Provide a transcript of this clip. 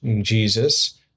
Jesus